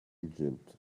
egypt